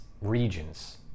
regions